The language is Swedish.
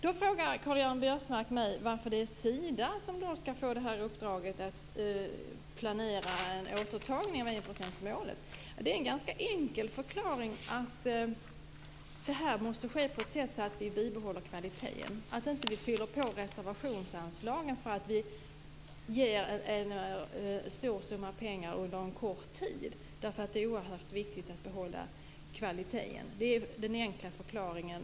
Då frågar Karl-Göran Biörsmark mig varför det är Sida som skall få uppdraget att planera en återtagning av enprocentsmålet. Det finns en ganska enkel förklaring. Det här måste ske på ett sätt som gör att vi bibehåller kvaliteten och inte fyller på reservationsanslagen genom att ge en stor summa pengar under en kort tid. Det är oerhört viktigt att behålla kvaliteten. Det är den enkla förklaringen.